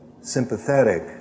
sympathetic